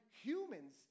humans